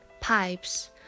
pipes